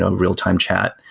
ah real-time chat.